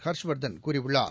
ஹர்ஷ்வர்தன் கூறியுள்ளார்